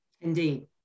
Indeed